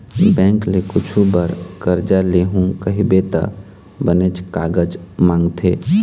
bank ले कुछु बर करजा लेहूँ कहिबे त बनेच कागज मांगथे